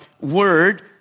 word